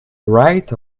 right